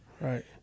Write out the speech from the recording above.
Right